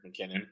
McKinnon